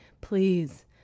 please